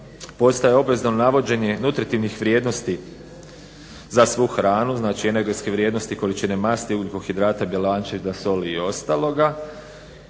postaje obvezno navođenje nutritivnih vrijednosti za svu hranu, znači energetske vrijednosti, količine masti, ugljikohidrata, bjelančevina, soli i ostaloga